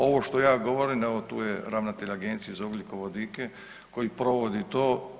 Ovo što ja govorim evo tu je ravnatelj Agencije za ugljikovodike koji provodi to.